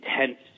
intense